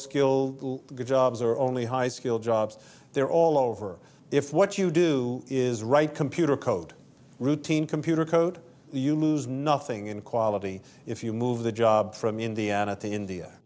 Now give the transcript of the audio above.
skill jobs or only high skilled jobs they're all over if what you do is write computer code routine computer code you lose nothing in quality if you move the jobs from indiana to india